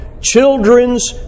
Children's